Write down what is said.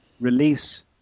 release